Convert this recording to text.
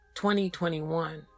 2021